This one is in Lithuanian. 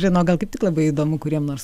žino gal kaip tik labai įdomu kuriem nors